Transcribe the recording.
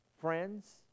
friends